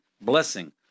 blessing